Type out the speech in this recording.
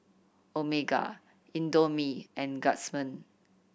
Omega Indomie and Guardsman